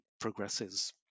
progresses